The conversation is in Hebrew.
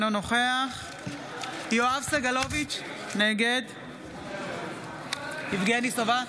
אינו נוכח יואב סגלוביץ' נגד יבגני סובה,